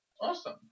Awesome